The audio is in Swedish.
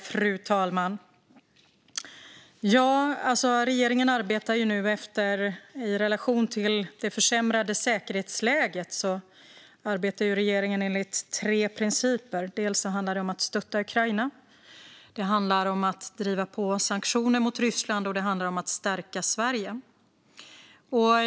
Fru talman! I relation till det försämrade säkerhetsläget arbetar regeringen enligt tre principer: att stötta Ukraina, att driva på för sanktioner mot Ryssland och att stärka Sverige.